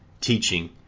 teaching